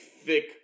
thick